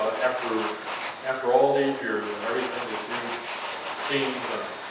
after after all these years, and everything that you've seen, and done,